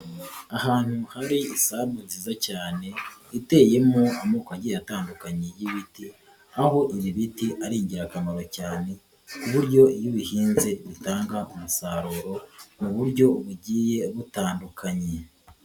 Ahantu hari isambu nziza cyane, iteyemo amoko agiye atandukanye y'ibiti, aho ibi biti ari ingirakamaro cyane, ku buryo iyo ubihinze bitanga umusaruro mu buryo bugiye butandukanye.